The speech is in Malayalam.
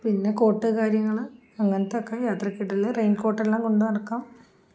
പിന്നെ കോട്ട് കാര്യങ്ങള് അങ്ങനത്തെയൊക്കെ യാത്രയ്ക്കിടയില് റെയിൻകോട്ടെല്ലാം കൊണ്ടു നടക്കാം